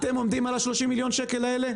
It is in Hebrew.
אתם עומדים על ה-30 מיליון שקל האלה,